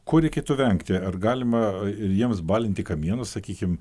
ko reikėtų vengti ar galima ir jiems balinti kamienus sakykim